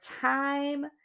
time